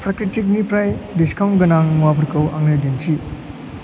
प्राकृतिकनिफ्राय discount गोनां मुवाफोरखौ आंनो दिन्थि